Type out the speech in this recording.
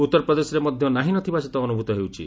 ଉତ୍ତରପ୍ରଦେଶରେ ମଧ୍ୟ ନାହିଁ ନଥିବା ଶୀତ ଅନୁଭୂତ ହେଉଛି